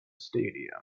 stadium